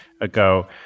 ago